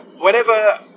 whenever